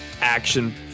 Action